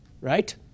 right